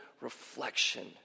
reflection